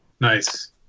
Nice